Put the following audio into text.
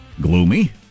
gloomy